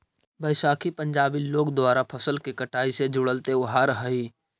बैसाखी पंजाबी लोग द्वारा फसल के कटाई से जुड़ल त्योहार हइ